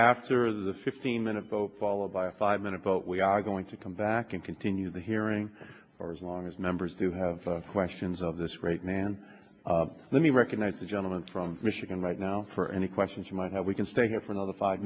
after the fifteen minute vote followed by a five minute but we are going to come back and continue the hearing for as long as members do have questions of this great man let me recognize the gentleman from michigan right now for any questions you might how we can stay here for another five